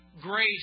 grace